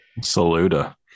saluda